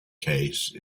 case